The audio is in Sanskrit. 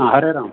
आ हरे राम्